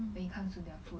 when it comes to their food